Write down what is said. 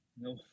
No